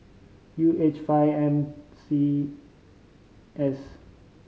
U H five M C S